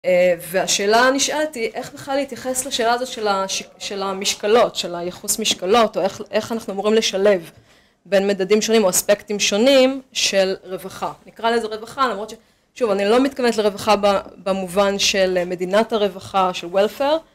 והשאלה הנשאלת היא, איך בכלל להתייחס לשאלה הזאת של המשקלות, של היחוס משקלות, או איך אנחנו אמורים לשלב בין מדדים שונים או אספקטים שונים של רווחה. נקרא לזה רווחה למרות ששוב אני לא מתכוונת לרווחה במובן של מדינת הרווחה, של welfare...